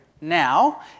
Now